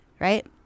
right